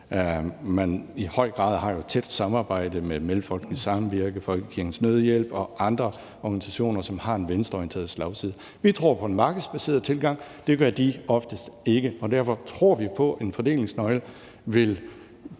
man i høj grad har et tæt samarbejde med Mellemfolkeligt Samvirke, Folkekirkens Nødhjælp og andre organisationer, som har en venstreorienteret slagside. Vi tror på den markedsbaserede tilgang – det gør de oftest ikke – og derfor tror vi på, at en fordelingsnøgle vil